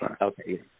Okay